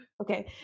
Okay